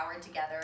together